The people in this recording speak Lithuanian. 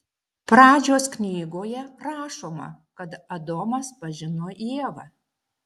pradžios knygoje rašoma kad adomas pažino ievą